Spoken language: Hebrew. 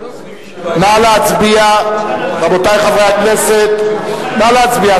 נא להצביע, רבותי חברי הכנסת, נא להצביע.